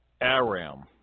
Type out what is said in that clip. Aram